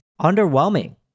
underwhelming